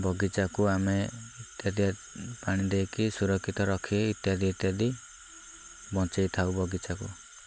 ବଗିଚାକୁ ଆମେ ଇତ୍ୟାଦି ପାଣି ଦେଇକି ସୁରକ୍ଷିତ ରଖି ଇତ୍ୟାଦି ଇତ୍ୟାଦି ବଞ୍ଚାଇ ଥାଉ ବଗିଚାକୁ